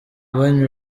wayne